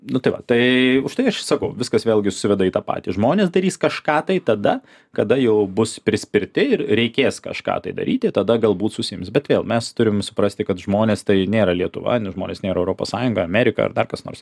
nu tai va tai už štai aš ir sakau viskas vėlgi susiveda į tą patį žmonės darys kažką tai tada kada jau bus prispirti ir reikės kažką tai daryti tada galbūt susiims bet vėl mes turim suprasti kad žmonės tai nėra lietuva žmonės nėra europos sąjunga amerika ar dar kas nors